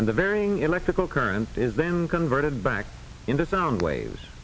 and the varying electrical current is then converted back into sound waves